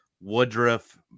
Woodruff